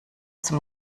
zum